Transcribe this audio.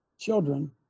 children